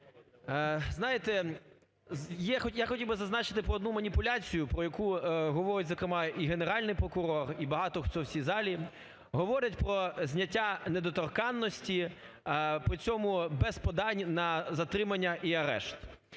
Знаєте, я хотів би зазначити про одну маніпуляцію, про яку говорить зокрема і Генеральний прокурор, і багато хто в цій залі, говорять про зняття недоторканності по цьому без подань на затримання і арешт.